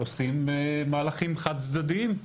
עושים מהלכים חד צדדיים.